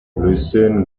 lucien